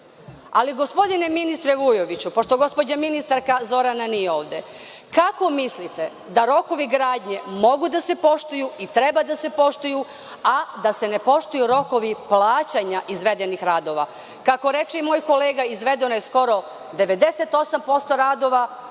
Gospodine ministre Vujoviću, pošto gospođa ministarka Zorana nije ovde, kako mislite da rokovi gradnje mogu da se poštuju i treba da se poštuju, a da se ne poštuju rokovi plaćanja izvedenih radova. Kako reče i moj kolega, izvedeno je skoro 98% radova,